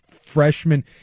freshman